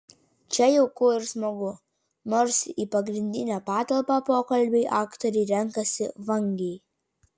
čia jauku ir smagu nors į pagrindinę patalpą pokalbiui aktoriai renkasi vangiai